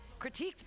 critiqued